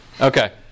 Okay